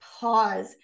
pause